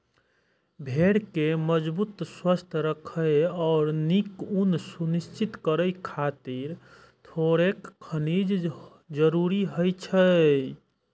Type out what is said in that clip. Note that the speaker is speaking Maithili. भेड़ कें मजबूत, स्वस्थ राखै आ नीक ऊन सुनिश्चित करै खातिर थोड़ेक खनिज जरूरी होइ छै